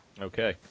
Okay